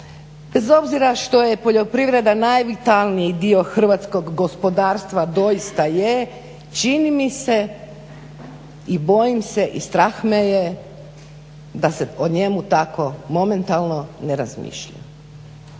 Bez obzira što je poljoprivreda najvitalniji dio hrvatskog gospodarstva, doista je, čini mi se i bojim se i strah me je, da se o njemu tako momentalno ne razmišlja.